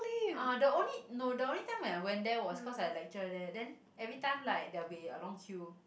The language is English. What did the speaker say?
ah the only no the only time when I went there was cause I had lecture there then everytime like there will be a long queue